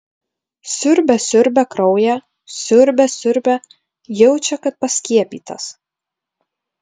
siurbia siurbia kraują siurbia siurbia jaučia kad paskiepytas